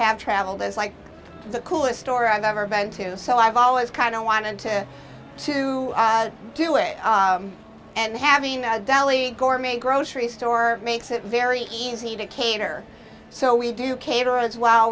have traveled is like the coolest store i've ever been to so i've always kind of wanted to to do it and having a deli gourmet grocery store makes it very easy to cater so we do cater as well